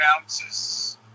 ounces